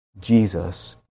Jesus